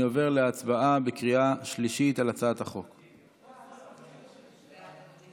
אני עובר להצבעה על הצעת החוק בקריאה שלישית.